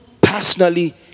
personally